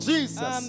Jesus